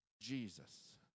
Jesus